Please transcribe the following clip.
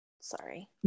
sorry